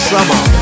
Summer